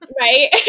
Right